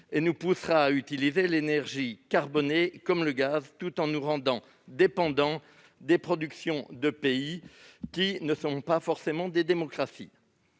qui nous poussera à utiliser des énergies carbonées comme le gaz, en nous rendant dépendants des productions de pays qui ne sont pas forcément des démocraties.